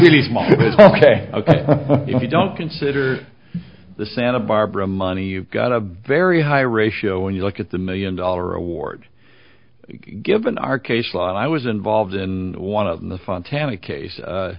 is ok ok if you don't consider the santa barbara money you've got a very high ratio when you look at the million dollar award given our case law and i was involved in one of the